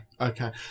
okay